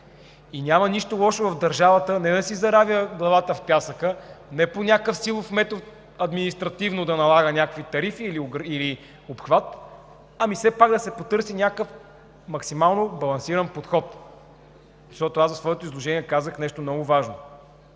Няма нищо лошо – държавата не да си заравя главата в пясъка, не по някакъв силов метод административно да налага някакви тарифи или обхват, а да потърси максимално балансиран подход. В своето изложение казах нещо много важно: